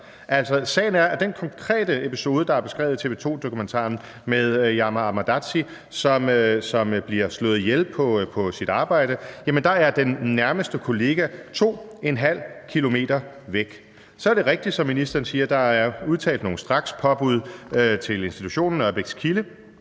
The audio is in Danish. sagen er, at i den konkrete episode, der er beskrevet i TV 2-dokumentaren, med Yamma Ahamadzai, som bliver slået ihjel på sit arbejde, er den nærmeste kollega 2,5 km væk. Så er det rigtigt, som ministeren siger, at der er udtalt nogle strakspåbud til institutionen Ørbækskilde,